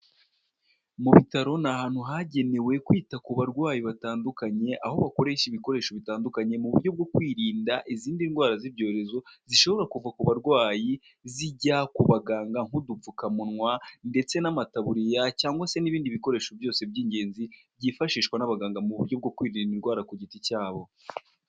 Mu bitaro ni ahantu hagenewe kwita ku barwayi batandukanye. Aho bakoresha ibikoresho bitandukanye mu buryo bwo kwirinda izindi ndwara z'ibyorezo zishobora kuva ku barwayi zijya ku baganga nk'udupfukamunwa, ndetse n'amataburiya, cyangwa se n'ibindi bikoresho byose by'ingenzi byifashishwa n'abaganga mu buryo bwo kwirinda indwara ku giti cyabo.